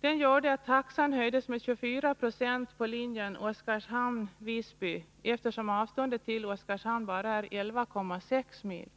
gjorde att taxan höjdes med 24 Jo på linjen Oskarshamn-Visby, eftersom avståndet till Oskarshamn bara är 11,6 mil.